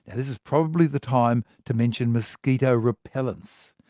this is probably the time to mention mosquito repellents.